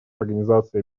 организации